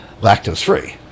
lactose-free